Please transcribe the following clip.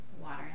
water